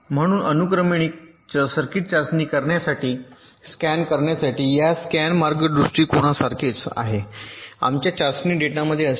म्हणून अनुक्रमिक सर्किट चाचणी करण्यासाठी स्कॅन करण्यासाठी या स्कॅन मार्ग दृष्टिकोनासारखेच आहे आमच्या चाचणी डेटामध्ये असे आहे